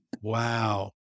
Wow